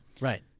right